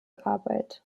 arbeit